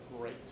great